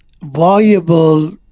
viable